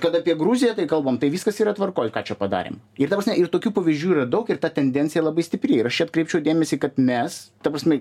kad apie gruziją tai kalbam tai viskas yra tvarkoj ką čia padarėm ir ta prasme ir tokių pavyzdžių yra daug ir ta tendencija labai stipri ir aš čia atkreipčiau dėmesį kad mes ta prasme